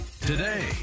today